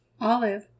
olive